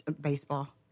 baseball